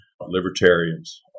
Libertarians